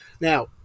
Now